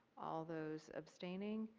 all those abstaining,